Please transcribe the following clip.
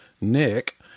Nick